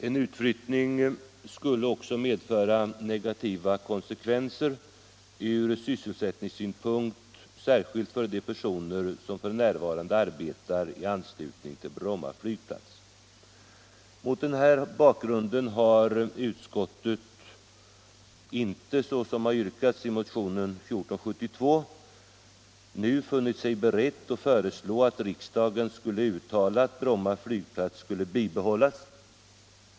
En utflyttning skulle också medföra negativa konsekvenser från sysselsättningssynpunkt, särskilt för de personer som f.n. arbetar i anslutning till Bromma flygplats. Mot den här bakgrunden har utskottet inte — såsom yrkats i motionen 1472 — nu varit berett föreslå att riksdagen skulle uttala att Bromma flygplats skall bibehållas.